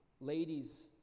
ladies